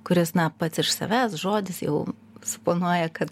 kuris na pats iš savęs žodis jau suponuoja kad